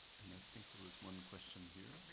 and i think there was one question here,